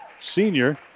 senior